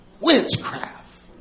Witchcraft